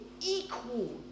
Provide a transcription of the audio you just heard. equal